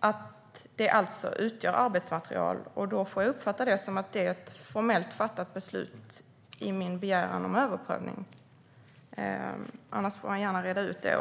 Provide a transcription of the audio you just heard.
att det alltså utgör arbetsmaterial, och då får jag uppfatta det som att det är ett formellt fattat beslut om min begäran om överprövning. Annars får han gärna reda ut det.